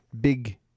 Big